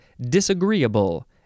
disagreeable